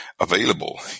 available